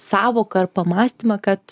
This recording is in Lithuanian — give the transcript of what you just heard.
sąvoką ar pamąstymą kad